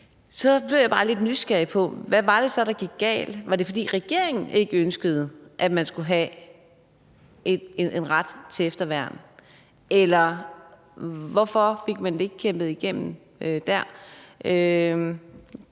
så blev jeg bare lidt nysgerrig på, hvad det så var, der gik galt. Var det, fordi regeringen ikke ønskede, at man skulle have en ret til efterværn, eller hvorfor fik man det ikke kæmpet igennem der?